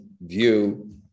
view